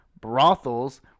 brothels